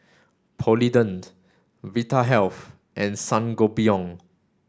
Polident Vitahealth and Sangobion